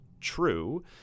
true